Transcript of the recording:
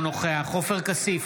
אינו נוכח עופר כסיף,